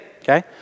Okay